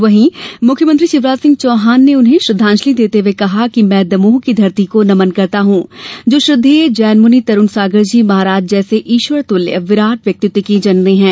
वहीं मुख्यमंत्री शिवराज सिंह चौहान उन्हें श्रद्वांजलि देते हुए कहा कि मैं दमोह की धरती को नमन करता हूँ जो श्रद्वेय जैन मुनि तरुण सागरजी महाराज जैसे ईश्वर तुल्य विराट व्यक्तित्व की जननी है